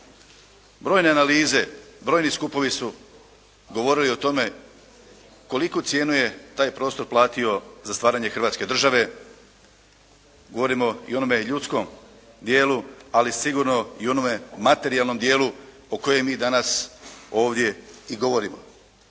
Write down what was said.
Brojne analize, brojni skupovi su govorili su o tome koliku cijenu je taj prostor platio za stvaranje Hrvatske države. Govorimo i o onome ljudskom dijelu ali sigurno i onome materijalnom dijelu o kojem mi danas ovdje i govorimo.